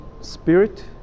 spirit